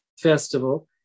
Festival